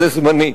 זה זמני.